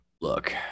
Look